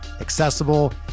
accessible